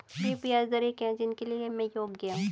वे ब्याज दरें क्या हैं जिनके लिए मैं योग्य हूँ?